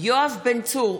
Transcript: יואב בן צור,